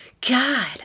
God